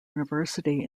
university